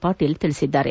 ಪಾಟೀಲ್ ತಿಳಿಸಿದ್ದಾರೆ